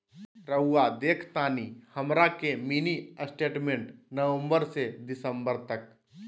रहुआ देखतानी हमरा के मिनी स्टेटमेंट नवंबर से दिसंबर तक?